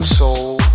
soul